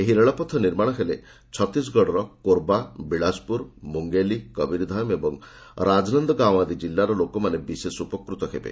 ଏହି ରେଳପଥ ନିର୍ମାଣ ହେଲେ ଛତିଶଗଡ଼ର କୋର୍ବା ବିଳାଶପୁର ମୁଙ୍ଗେଲି କବିରଧାମ ଏବଂ ରାଜନନ୍ଦ ଗାଓଁ ଆଦି କିଲ୍ଲାର ଲୋକମାନେ ବିଶେଷ ଉପକୃତ ହେବେ